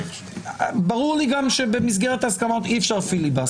ברור לי גם שבמסגרת ההסכמות אי-אפשר פיליבסטר,